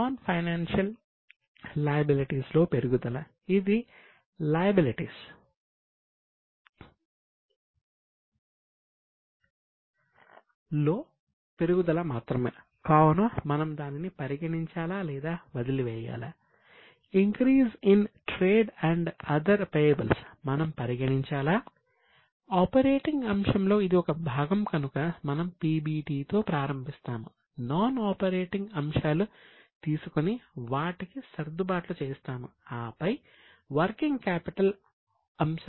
non financial liabilities అంశాలకు సర్దుబాట్లు చేయాలి